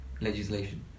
legislation